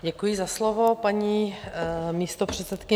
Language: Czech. Děkuji za slovo, paní místopředsedkyně.